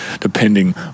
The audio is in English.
depending